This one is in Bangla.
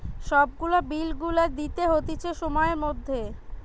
সব গুলা বিল গুলা দিতে হতিছে সময়ের মধ্যে